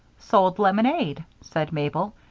sold lemonade, said mabel.